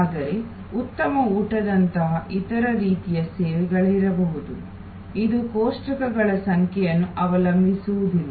ಆದರೆ ಉತ್ತಮ ಊಟದಂತಹ ಇತರ ರೀತಿಯ ಸೇವೆಗಳಿರಬಹುದು ಇದು ಕೋಷ್ಟಕಗಳ ಸಂಖ್ಯೆಯನ್ನು ಅವಲಂಬಿಸಿರುವುದಿಲ್ಲ